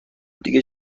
دیگه